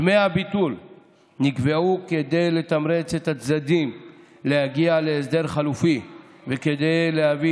דמי הביטול נקבעו כדי לתמרץ את הצדדים להגיע להסדר חלופי וכדי להביא